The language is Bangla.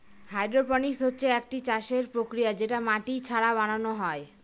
হাইড্রপনিক্স হচ্ছে একটি চাষের প্রক্রিয়া যেটা মাটি ছাড়া বানানো হয়